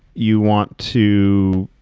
you want to